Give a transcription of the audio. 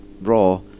Raw